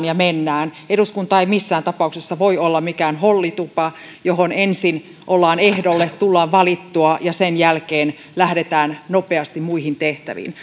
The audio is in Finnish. ja mennään eduskunta ei missään tapauksessa voi olla mikään hollitupa johon ensin ollaan ehdolla tullaan valituksi ja josta sen jälkeen lähdetään nopeasti muihin tehtäviin